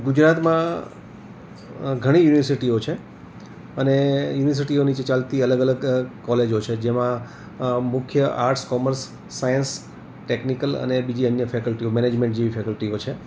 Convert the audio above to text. ગુજરાતમાં ઘણી યુનીવર્સીટીઓ છે અને યુનીવર્સીટી ને જે ચાલતી અલગ અલગ કોલેજો છે જેમાં મુખ્ય આર્ટસ કોમર્સ સાઇન્સ ટેક્નિકલ અને બીજી અન્ય ફેકલ્ટિઓ મેનેજમેંટ જેવી ફેકલ્ટિઓ છે